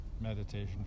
Meditation